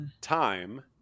Time